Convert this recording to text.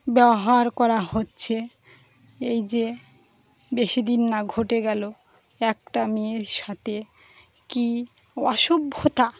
ব্যবহার করা হচ্ছে এই যে বেশি দিন না ঘটে গেল একটা মেয়ের সাথে কী অসভ্যতা